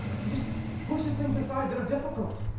she just pushes things aside that are difficult.